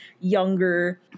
younger